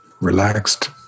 relaxed